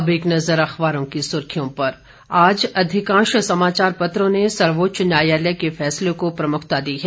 अब एक नजर अखबारों की सुर्खियों पर आज अधिकांश समाचार पत्रों ने सर्वोच्च न्यायालय के फैसले को प्रमुखता दी है